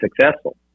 successful